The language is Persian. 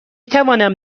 توانم